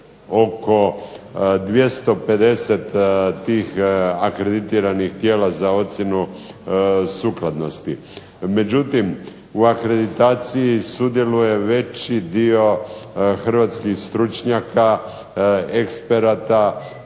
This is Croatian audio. oko 250 tih akreditiranih tijela za ocjenu sukladnosti. Međutim, u akreditaciji sudjeluje veći dio hrvatskih stručnjaka, eksperata,